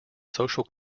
social